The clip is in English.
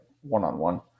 one-on-one